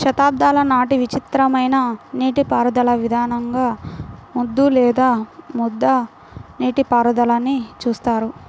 శతాబ్దాల నాటి విచిత్రమైన నీటిపారుదల విధానంగా ముద్దు లేదా ముద్ద నీటిపారుదలని చూస్తారు